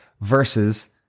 versus